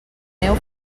neu